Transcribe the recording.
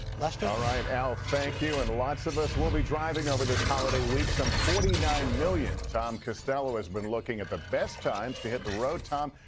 lester all right, al, thank you. and lots of us will be driving over this holiday week some forty nine million. tom costello has been looking at the best times to hit the road. tom,